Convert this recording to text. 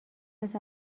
است